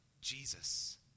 Jesus